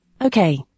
Okay